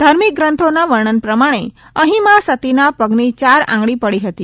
ધાર્મિક ગ્રંથીના વર્ણન પ્રમાણે અહીં મા સતીના પગની યાર આંગળી પડી હતી